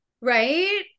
Right